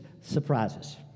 surprises